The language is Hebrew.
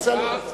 תחזרי אחרי זה.